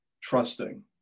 trusting